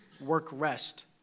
work-rest